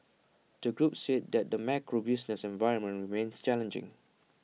the group said that the macro business environment remains challenging